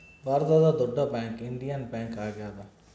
ಭಾರತದಾಗ ದೊಡ್ಡ bank Indian Bank ಆಗ್ಯಾದ